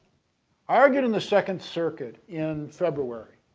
argued in the second circuit in february